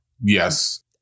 Yes